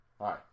Hi